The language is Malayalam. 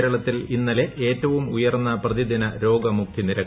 കേരളത്തിൽ ഇന്നലെ ഏറ്റവും ഉയർന്ന പ്രതിദിന രോഗമുക്തി നിരക്ക്